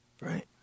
right